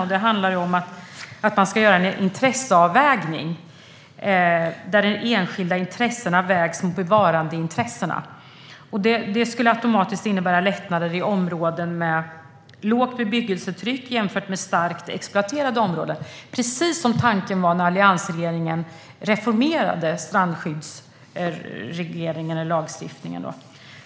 Förslagen handlar bland annat om att göra en intresseavvägning genom att enskilda intressen vägs mot bevarandeintressen. Det skulle automatiskt innebära lättnader i områden med lågt bebyggelsetryck jämfört med starkt exploaterade områden, precis som tanken var när alliansregeringen reformerade strandskyddslagstiftningen.